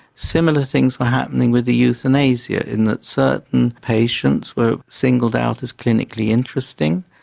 similar things were happening with the euthanasia in that certain patients were singled out as clinically interesting,